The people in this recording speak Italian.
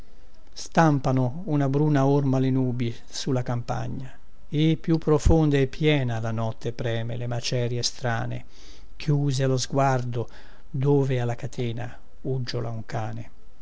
stampano una bruna orma le nubi su la campagna e più profonda e piena la notte preme le macerie strane chiuse allo sguardo dove alla catena uggiola un cane